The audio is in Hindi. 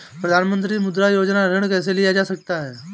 प्रधानमंत्री मुद्रा योजना से ऋण कैसे लिया जा सकता है?